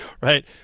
Right